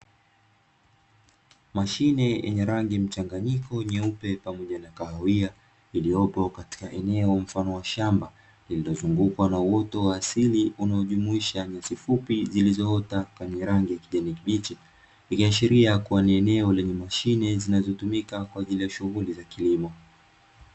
Mashine yenye rangi mchanganyiko nyeupe pamoja na kahawia iliopo katika eneo mfano wa shamba lililozungukwa na uoto wa asili unaojumuisha nyasi fupi zilizoota zenye rangi ya kijani kibichini kikaashiria kuwa ni eneo lenye mashine zinazotumika kwa ajili ya shughuli za kilimo